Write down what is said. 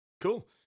Cool